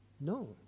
No